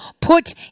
put